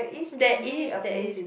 that is that is